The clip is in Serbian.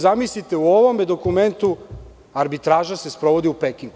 Zamislite, u ovom dokumentu arbitraža se sprovodi u Pekingu.